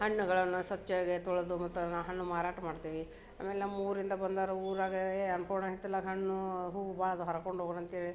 ಹಣ್ಣುಗಳನ್ನು ಸ್ವಚ್ಛವಾಗಿ ತೊಳೆದು ಮತ್ತು ಆ ಹಣ್ಣು ಮಾರಾಟ ಮಾಡ್ತೇವೆ ಆಮೇಲೆ ನಮ್ಮ ಊರಿಂದ ಬಂದಾರ ಊರಾಗ ಏ ಅನ್ನಪೂರ್ಣ ಹಿತ್ತಲಾಗ ಹಣ್ಣು ಹೂ ಭಾಳ ಅದ ಹರ್ಕೊಂಡು ಹೋಗೋಣ್ ಅಂತೇಳಿ